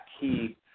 key